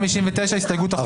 159, הסתייגות אחרונה.